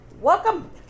welcome